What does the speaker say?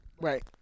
Right